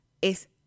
es